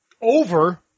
over